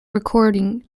recording